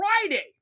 Friday